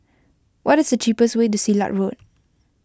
what is the cheapest way to Silat Road